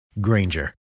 granger